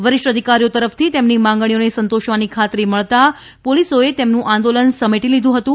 વરિષ્ઠ અધિકારીઓ તરફથી તેમની માંગણીઓને સંતોષવાની ખાતરી મળતાં પોલીસોએ તેમનું આંદોલન સમેટી લીધું હતું